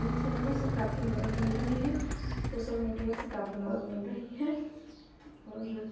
इन चैनलों से काफ़ी मदद मिल रही है सोशल मीडिया से काफ़ी मदद मिल रही है और